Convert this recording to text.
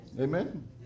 Amen